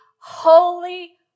holy